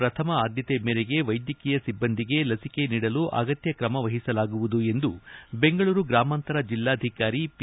ಪ್ರಥಮ ಆದ್ಯತೆ ಮೇರೆಗೆ ವೈದ್ಯಕೀಯ ಸಿಬ್ಬಂದಿಗೆ ಲಿಸಿಕೆ ನೀಡಲು ಅಗತ್ಯ ಕ್ರಮ ವಹಿಸಲಾಗುವುದು ಎಂದು ಬೆಂಗಳೂರು ಗ್ರಾಮಾಂತರ ಜಿಲ್ಲಾಧಿಕಾರಿ ಪಿ